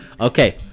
Okay